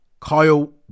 Kyle